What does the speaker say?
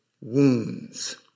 wounds